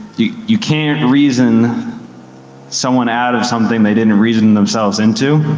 you can't reason someone out of something they didn't reason themselves into.